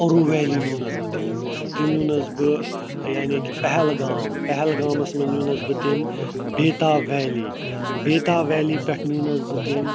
اورُوٗ وٮ۪لی نیونَس بہٕ تٔمۍ تٔمۍ نیونَس بہٕ یعنی کہ پہلگام پہلگامَس منٛز نیونَس بہٕ تٔمۍ بیٚتاب وٮ۪لی بیٚتاب وٮ۪لی پٮ۪ٹھ نیونَس بہٕ تٔمۍ